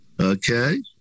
Okay